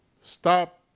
Stop